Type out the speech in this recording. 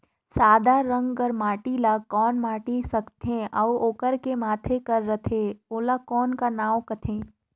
सादा रंग कर माटी ला कौन माटी सकथे अउ ओकर के माधे कर रथे ओला कौन का नाव काथे?